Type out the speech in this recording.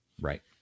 Right